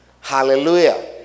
Hallelujah